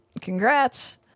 Congrats